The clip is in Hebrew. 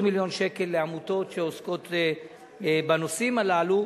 מיליון שקל לעמותות שעוסקות בנושאים הללו,